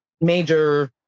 major